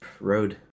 road